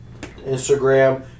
Instagram